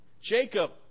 Jacob